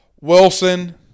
Wilson